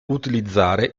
utilizzare